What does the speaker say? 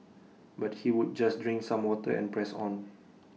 but he would just drink some water and press on